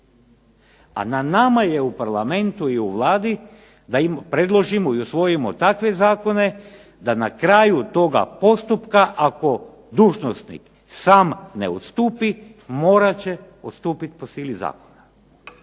a na nama je u Parlamentu i u Vladi da im predložimo i usvojimo takve zakone da na kraju toga postupka ako dužnosnik sam ne odstupi morat će odstupiti po sili zakona.